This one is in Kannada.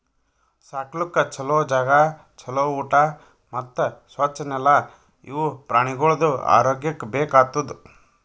ಸಾಕ್ಲುಕ್ ಛಲೋ ಜಾಗ, ಛಲೋ ಊಟಾ ಮತ್ತ್ ಸ್ವಚ್ ನೆಲ ಇವು ಪ್ರಾಣಿಗೊಳ್ದು ಆರೋಗ್ಯಕ್ಕ ಬೇಕ್ ಆತುದ್